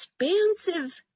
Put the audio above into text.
expansive